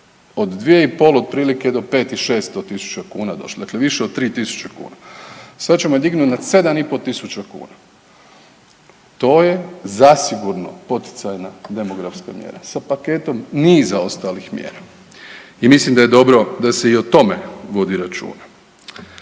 od dvije i pol otprilike do pet i šesto tisuća kuna došli. Dakle, više od 3000 kuna. Sad ćemo je dignuti na 7 i pol tisuća kuna. To je zasigurno poticajna demografska mjera sa paketom niza ostalih mjera i mislim da je dobro da se i o tome vodi računa.